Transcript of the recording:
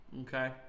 Okay